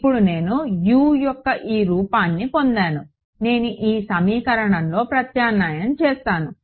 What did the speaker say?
ఇప్పుడు నేను U యొక్క ఈ రూపాన్ని పొందాను నేను ఈ సమీకరణంలోకి ప్రత్యామ్నాయం చేస్తాను